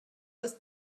ist